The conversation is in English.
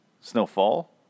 Snowfall